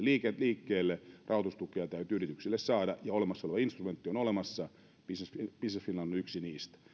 liikkeelle rahoitustukia täytyy yrityksille saada ja olemassa oleva instrumentti on olemassa business finland on yksi niistä